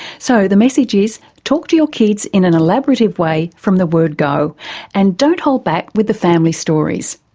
so the message is talk to your kids in an elaborative way from the word go and don't hold back with the family stories.